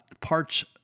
parts